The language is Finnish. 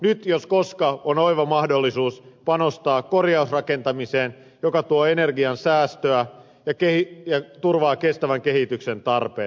nyt jos koskaan on oiva mahdollisuus panostaa korjausrakentamiseen joka tuo energiansäästöä ja turvaa kestävän kehityksen tarpeet